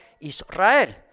Israel